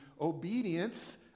obedience